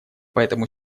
поэтому